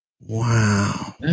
Wow